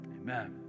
Amen